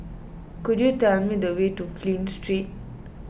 could you tell me the way to Flint Street